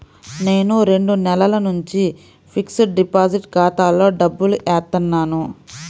నేను రెండు నెలల నుంచి ఫిక్స్డ్ డిపాజిట్ ఖాతాలో డబ్బులు ఏత్తన్నాను